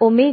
A